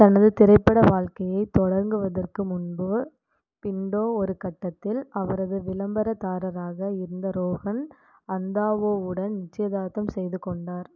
தனது திரைப்பட வாழ்க்கையைத் தொடங்குவதற்கு முன்பு பிண்டோ ஒரு கட்டத்தில் அவரது விளம்பரதாரராக இருந்த ரோஹன் அந்தாவோவுடன் நிச்சயதார்த்தம் செய்து கொண்டார்